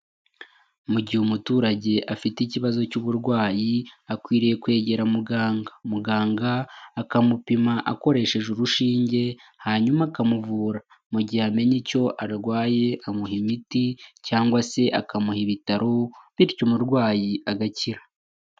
Mu gihe umuturage afite ikibazo cy'uburwayi, akwiriye kwegera muganga, muganga akamupima akoresheje urushinge hanyuma akamuvura, mu gihe amenye icyo arwaye amuha imiti cyangwa se akamuha ibitaro, bityo umurwayi agakira.